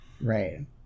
Right